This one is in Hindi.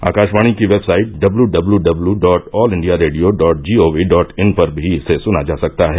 आकाशवाणी की website W W W W dot all India radio dot G O V dot in पर भी इसे सुना जा सकता है